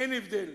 אין הבדל,